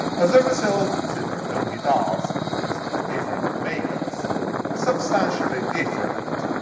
as a result, silvertone guitars produced by different makers were substantially different,